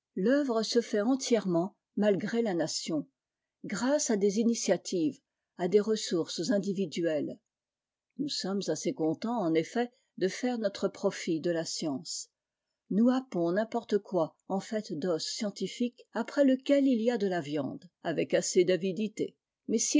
l'oeuvre se fait entièrement malgré la nation grâce à des initiatives à des ressources individuelles nous sommes assez contents en effet de faire notre profit de la science nous happons n'importe quoi en fait d'os scientifique après lequel il y a de la viande avec assez d'avidité mais